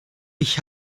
ich